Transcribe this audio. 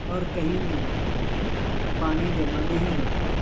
اور کہیں بھی پانی جمع نہیں ہوتا